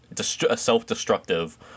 self-destructive